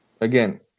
again